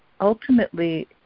ultimately